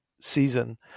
season